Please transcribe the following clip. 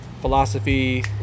philosophy